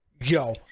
Yo